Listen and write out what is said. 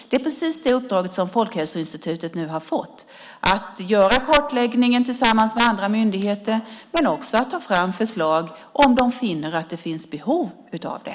Det är precis det uppdrag som Folkhälsoinstitutet nu har fått, att göra kartläggningen tillsammans med andra myndigheter men också ta fram förslag om de finner att det finns behov av det.